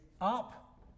up